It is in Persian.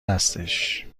هستش